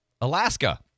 Alaska